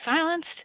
silenced